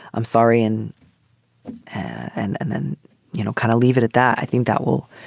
i'm sorry. and and and then you know kind of leave it at that. i think that will